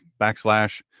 backslash